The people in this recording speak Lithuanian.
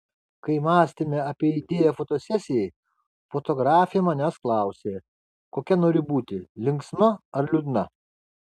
kai mąstėme apie idėją fotosesijai fotografė manęs klausė kokia noriu būti linksma ar liūdna